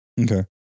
Okay